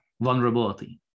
vulnerability